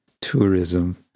tourism